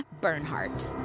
Bernhardt